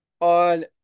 on